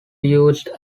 used